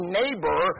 neighbor